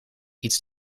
iets